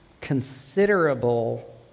considerable